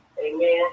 Amen